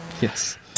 Yes